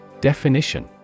Definition